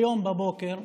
היום בבוקר,